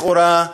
לכאורה,